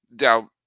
Now